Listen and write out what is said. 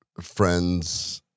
friends